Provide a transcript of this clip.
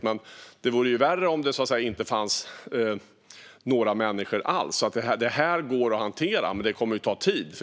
Men det vore värre om det inte fanns några människor alls, så det här går att hantera. Men det är klart att det kommer att ta tid.